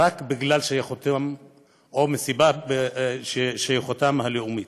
רק בגלל שייכותם או מסיבת שייכותם הלאומית.